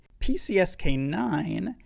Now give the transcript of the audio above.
PCSK9